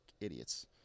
idiots